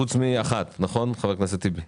חוץ מאחת, נכון חה"כ טיבי?